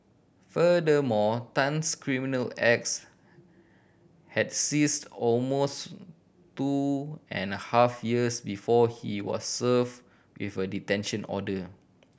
furthermore Tan's criminal acts had ceased almost two and a half years before he was served with a detention order